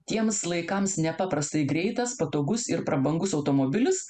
tiems laikams nepaprastai greitas patogus ir prabangus automobilis